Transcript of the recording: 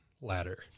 ladder